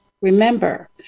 Remember